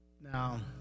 Now